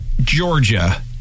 Georgia